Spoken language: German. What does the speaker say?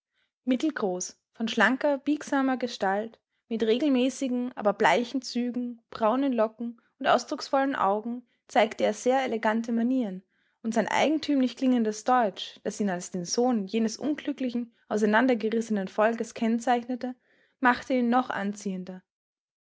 mittelgroß von schlanker biegsamer gestalt mit regelmäßigen aber bleichen zügen braunen locken und ausdrucksvollen augen zeigte er sehr elegante manieren und sein eigentümlich klingendes deutsch das ihn als den sohn jenes unglücklichen auseinander gerissenen volkes kennzeichnete machte ihn noch anziehender